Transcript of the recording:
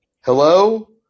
Hello